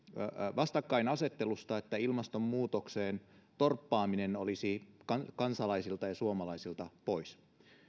vastakkainasettelusta että ilmastonmuutoksen torppaaminen olisi kansalaisilta ja suomalaisilta pois